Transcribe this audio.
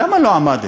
למה לא עמדת